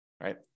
right